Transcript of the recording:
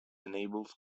enables